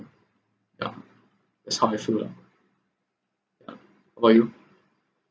yeah that's how I feel lah yeah how about you